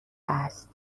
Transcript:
است